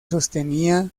sostenía